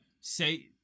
say